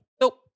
nope